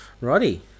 Righty